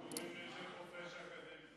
קוראים לזה חופש אקדמי,